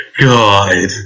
god